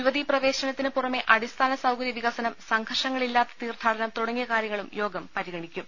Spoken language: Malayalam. യുവതീ പ്രവേശനത്തിന് പുറമെ അടിസ്ഥാന സൌകര്യ വിക സനം സംഘർഷങ്ങളില്ലാത്ത തീർത്ഥാടനം തുടങ്ങിയ കാര്യ ങ്ങളും പരിഗണിക്കും